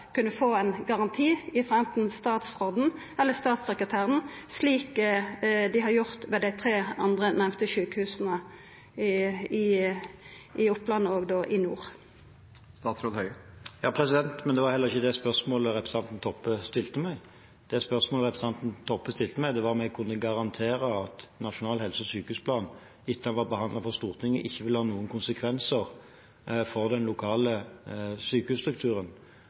få ein garanti frå anten statsråden eller statssekretæren, slik dei har fått ved dei tre andre nemnde sjukehusa, i Oppland og i nord. Men det var heller ikke det spørsmålet representanten Toppe stilte meg. Det spørsmålet representanten Toppe stilte meg, var om jeg kunne garantere at den nasjonale helse- og sykehusplanen, etter at den var behandlet i Stortinget, ikke ville ha noen konsekvenser for den lokale sykehusstrukturen.